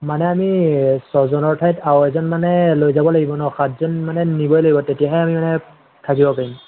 মানে আমি ছজনৰ ঠাইত আৰু এজন মানে লৈ যাব লাগিব ন সাতজন মানে নিবই লাগিব তেতিয়াহে আমি মানে থাকিব পাৰিম